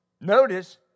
notice